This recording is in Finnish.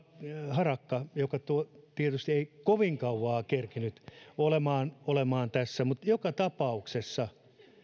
harakka joka tietysti ei kovin kauaa kerennyt olemaan olemaan tässä mutta joka tapauksessa